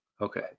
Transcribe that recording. okay